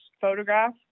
photograph